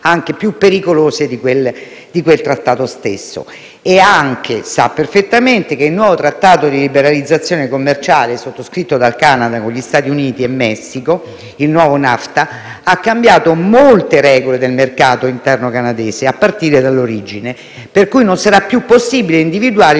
aspetti più pericolosi di quel Trattato). Sa anche perfettamente, Ministro, che il nuovo trattato di liberalizzazione commerciale, sottoscritto da Canada, Stati Uniti e Messico, il nuovo NAFTA, ha cambiato molte regole del mercato interno canadese, a partire dall'origine delle merci; per cui non sarà più possibile individuare